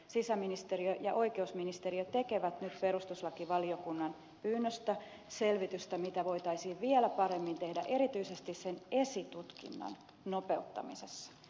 sisäministeriö ja oikeusministeriö tekevät nyt perustuslakivaliokunnan pyynnöstä selvitystä siitä mitä voitaisiin vielä paremmin tehdä erityisesti sen esitutkinnan nopeuttamisessa